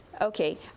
Okay